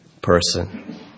person